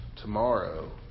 tomorrow